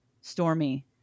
stormy